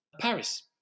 Paris